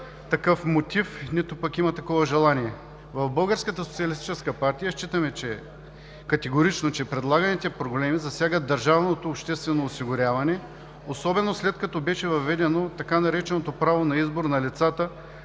партия считаме категорично, че предлаганите промени засягат държавното обществено осигуряване, особено след като беше въведено така нареченото „право на избор“ на лицата